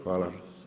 Hvala.